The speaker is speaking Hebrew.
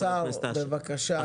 השר, בבקשה,